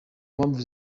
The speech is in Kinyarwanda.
mpamvu